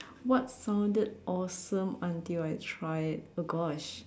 what sounded awesome until I try it oh gosh